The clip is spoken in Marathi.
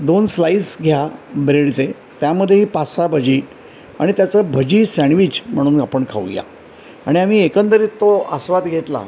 दोन स्लाईस घ्या ब्रेडचे त्यामध्ये ही पाचसहा भजी आणि त्याचं भजी सॅनविच म्हणून आपण खाऊ या आणि आम्ही एकंदरीत तो आस्वाद घेतला